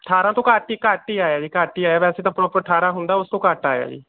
ਅਠਾਰਾਂ ਤੋਂ ਘੱਟ ਹੀ ਘੱਟ ਹੀ ਆਇਆ ਜੀ ਘੱਟ ਹੀ ਆਇਆ ਵੈਸੇ ਤਾਂ ਪ੍ਰੋਪਰ ਅਠਾਰਾਂ ਹੁੰਦਾ ਉਸ ਤੋਂ ਘੱਟ ਆਇਆ ਜੀ